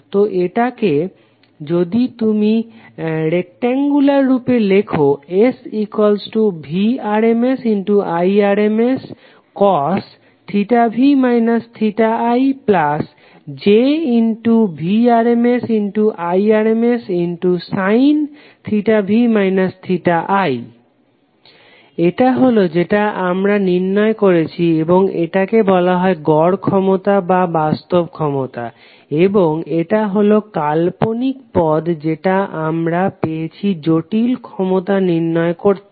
তো এটাকে যদি তুমি রেকট্যংগুলার রূপে লেখো SVrms Irmscosv ijVrms Irmssinv i এটা হলো যেটা আমরা নির্ণয় করেছি এবং এটাকে বলা হয় গড় ক্ষমতা বা বাস্তব ক্ষমতা এবং এটা হলো কাল্পনিক পদ যেটা আমরা পেয়েছি জটিল ক্ষমতা নির্ণয় করতে